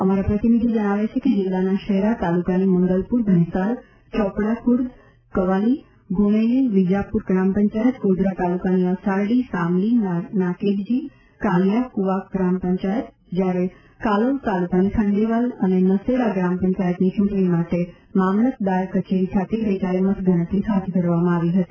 અમારા પ્રતિનિધિ જણાવે છે કે જિલ્લાના શહેરા તાલુકાની મંગલપુર ભેંસાલ ચોપડા ખુર્દ કવાલી ગુણેલી વિજાપુર ગ્રામપંચાયત ગોધરા તાલુકાની અસારડી સામલી નાકેરજી કાલીયા કુવા ગ્રામ પંચાયત જ્યારે કાલોલ તાલુકાની ખંડેવાલ અને નસેડા ગ્રામ પંચાયતની ચૂંટણી માટે મામલતદાર કચેરી ખાતે ગઇકાલે મતગણતરી હાથ ધારવામાં આવી હતી